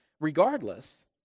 regardless